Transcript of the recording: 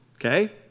Okay